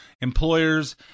employers